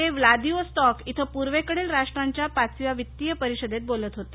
ते व्लादिवोस्तांक इथं पूर्वेकडील राष्ट्रांच्या पाचव्या वित्तीय परिषदेत बोलत होते